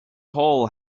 hole